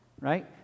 right